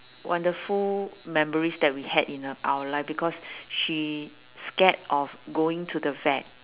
wonderful memories that we had in our life because she scared of going to the vet